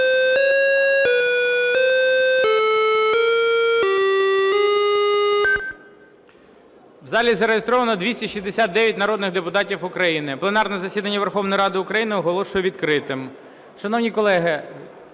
У залі зареєстровано 269 народних депутатів України. Пленарне засідання Верховної Ради України оголошую відкритим.